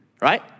right